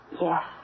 Yes